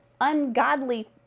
ungodly